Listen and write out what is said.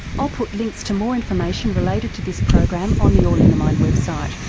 i'll put links to more information related to this program on the all in the mind website,